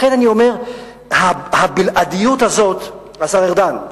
לכן אני אומר, הבלעדיות הזאת, השר ארדן,